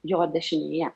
jo dešinėje